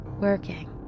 working